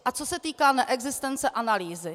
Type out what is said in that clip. A co se týká neexistence analýzy.